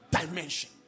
dimension